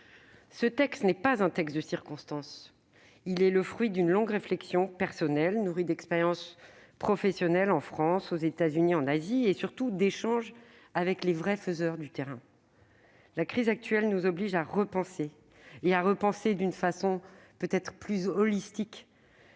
Ce texte n'est pas un texte de circonstances. Il est le fruit d'une longue réflexion personnelle, nourrie d'expériences professionnelles en France, aux États-Unis et en Asie, et surtout d'échanges avec les vrais faiseurs du terrain. La crise actuelle nous oblige à repenser de façon plus holistique